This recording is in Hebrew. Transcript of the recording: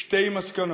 נובעות שתי מסקנות: